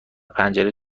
پنجره